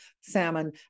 salmon